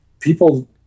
People